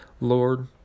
Lord